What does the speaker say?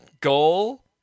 Goal